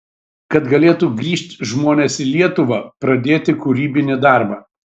kad galėtų grįžt žmonės į lietuvą pradėti kūrybinį darbą